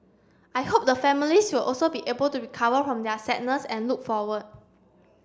I hope the families will also be able to recover home their sadness and look forward